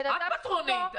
את פטרונית.